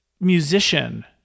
musician